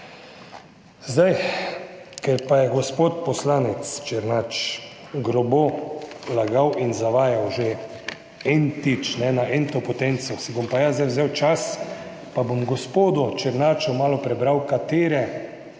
Ker pa je gospod poslanec Černač grobo lagal in zavajal že n-tič, na n-to potenco, si bom pa jaz zdaj vzel čas in bom gospodu Černaču malo prebral, katere